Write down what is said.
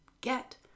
Get